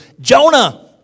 Jonah